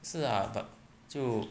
是啊 but 就